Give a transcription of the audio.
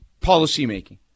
policymaking